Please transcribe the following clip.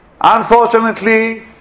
Unfortunately